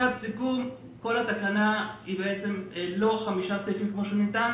כל התקנה היא למעשה לא חמישה סעיפים, כפי שנטען,